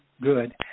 good